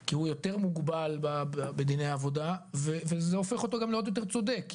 כי הוא יותר מוגבל בדיני עבודה וזה הופך אותו גם להיות יותר צודק,